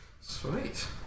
sweet